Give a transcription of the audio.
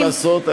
מה לעשות,